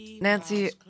Nancy